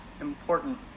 important